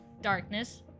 darkness